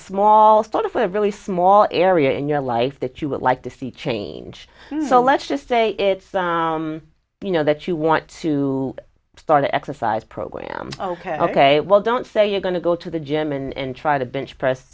small photo of a really small area in your life that you would like to see change so let's just say it's you know that you want to start an exercise program ok ok well don't say you're going to go to the gym and try to bench press